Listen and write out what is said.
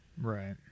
right